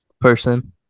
person